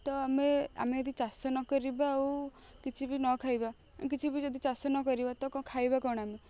ତ ଆମେ ଆମେ ଯଦି ଚାଷ ନକରିବା ଆଉ କିଛି ବି ନଖାଇବା କିଛିବି ଯଦି ଚାଷ ନକରିବା ତ କ'ଣ ଖାଇବା କ'ଣ ଆମେ